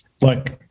Look